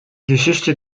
geschichte